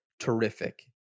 terrific